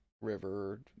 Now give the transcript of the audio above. river